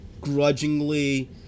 grudgingly